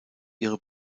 ihre